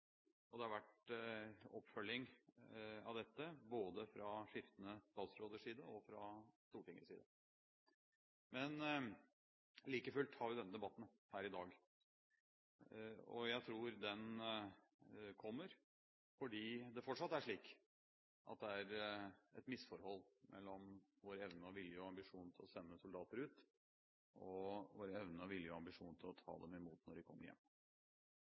og det har vært oppfølging av dette både fra skiftende statsråders side og fra Stortingets side. Like fullt har vi denne debatten her i dag, og jeg tror den kommer fordi det fortsatt er slik at det er et misforhold mellom vår evne og vilje til og ambisjon om å sende soldater ut og vår evne og vilje til og ambisjon om å ta dem imot når de kommer hjem.